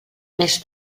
més